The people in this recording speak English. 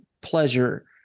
pleasure